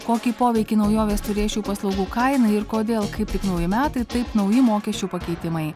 kokį poveikį naujovės turės šių paslaugų kainai ir kodėl kaip tik nauji metai taip nauji mokesčių pakeitimai